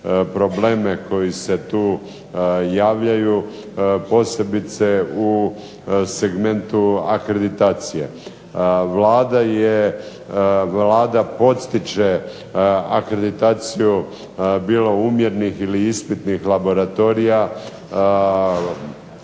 probleme koji se tu javljaju posebice u segmentu akreditacije. Vlada je, Vlada podstiče akreditaciju bilo umjernih ili ispitnih laboratorija